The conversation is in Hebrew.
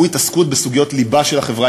והוא ההתעסקות בסוגיות ליבה של החברה